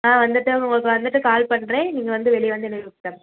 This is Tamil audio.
ஆ வந்துட்டு உங்களுக்கு வந்துட்டு கால் பண்ணுறேன் நீங்கள் வந்து வெளியே வந்து நில்லுங்கள்